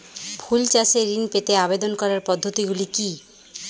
ফুল চাষে ঋণ পেতে আবেদন করার পদ্ধতিগুলি কী?